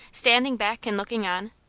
standing back and looking on,